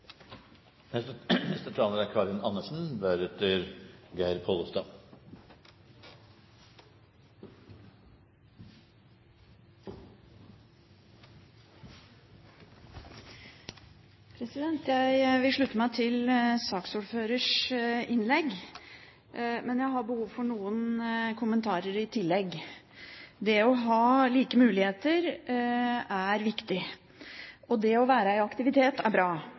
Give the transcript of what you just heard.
Jeg vil slutte meg til saksordførerens innlegg, men jeg har behov for noen kommentarer i tillegg. Det å ha like muligheter er viktig, og det å være i aktivitet er bra.